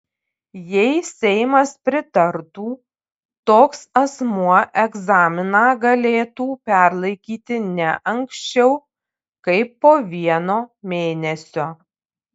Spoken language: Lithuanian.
jei seimas pritartų toks asmuo egzaminą galėtų perlaikyti ne anksčiau kaip po vieno mėnesio